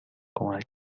کمک